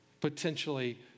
potentially